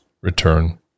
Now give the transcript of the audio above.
return